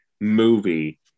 movie